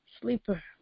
sleeper